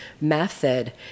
method